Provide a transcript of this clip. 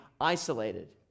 isolated